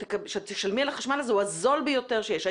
תשלמי על החשמל הזה הוא הזול ביותר שיש.